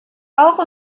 auch